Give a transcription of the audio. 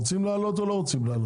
רוצים להעלות או לא רוצים להעלות?